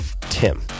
tim